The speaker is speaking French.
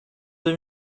deux